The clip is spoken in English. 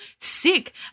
sick